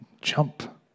jump